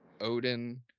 Odin